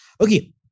Okay